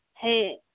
ᱦᱮᱸ